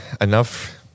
enough